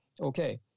Okay